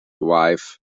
wife